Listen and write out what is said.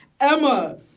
Emma